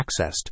accessed